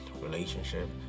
relationship